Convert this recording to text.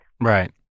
Right